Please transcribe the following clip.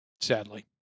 Sadly